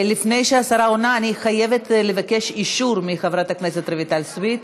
לפני שהשרה עונה אני חייבת לבקש אישור מחברת הכנסת רויטל סויד.